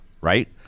right